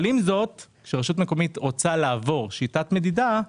עם זאת, כשרשות מקומית רוצה לעבור שיטת מדידה,